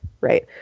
right